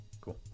cool